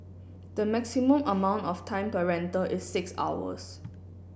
the maximum amount of time per rental is six hours